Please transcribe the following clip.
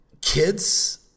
kids